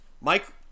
Mike